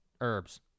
Herbs